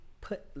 put